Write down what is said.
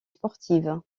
sportive